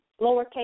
lowercase